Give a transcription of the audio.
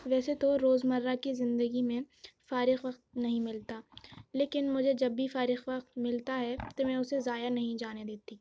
ویسے تو روز مرہ کی زندگی میں فارغ وقت نہیں ملتا لیکن مجھے جب بھی فارغ وقت ملتا ہے تو میں اسے ضائع نہیں جانے دیتی